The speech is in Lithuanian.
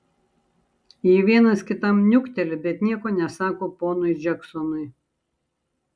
jie vienas kitam niukteli bet nieko nesako ponui džeksonui